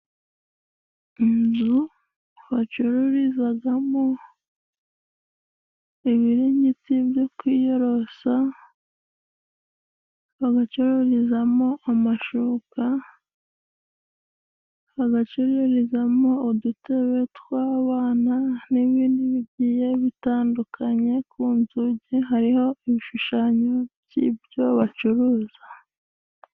Inzu bacururizagamo ibiringiti byo kwiyorosa, bagacururizamo amashuka, bagacururizamo udutebe tw'abana, n'ibindi bigiye bitandukanye. Ku nzugi hariho ibishushanyo by'ibyo bacuruza.